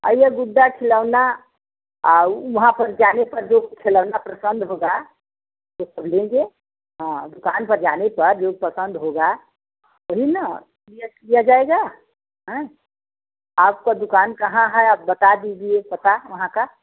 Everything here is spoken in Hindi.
आइए गुड्डा खिलौना आऊ वहाँ पर जाने पर जो खिलौना पसंद होगा उसको लेंगे हाँ दुकान पर जाने पर जो पसंद होगा वही ना लिया लिया जाएगा हैं आपका दुकान कहाँ है आप बात दीजिए पता वहाँ का